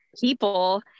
people